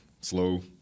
Slow